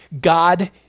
God